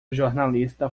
jornalista